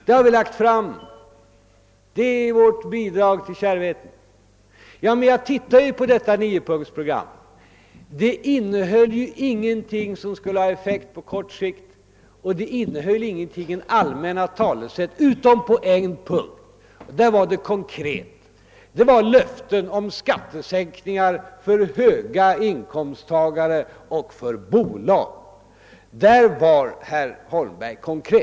Det har vi lagt fram; det är vårt bidrag till kärvheten.» Ja, jag studerade detta niopunktsprogram, men det innehöll ingenting som skulle ha haft effekt på kort sikt. Det innehöll ingenting annat än allmänna talesätt — utom på en punkt, där programmet var konkret, nämligen när det gällde löften om skattesänkningar för högre inkomsttagare och för bolag. Där var herr Holmberg konkret.